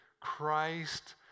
Christ